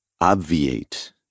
Obviate